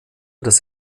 das